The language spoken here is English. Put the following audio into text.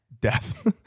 Death